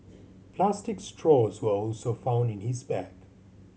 plastic straws were also found in his bag